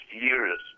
years